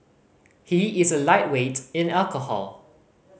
he is a lightweight in alcohol